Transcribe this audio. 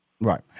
Right